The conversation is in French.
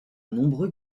nombreux